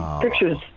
pictures